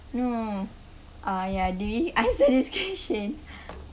no uh ya do we answer this question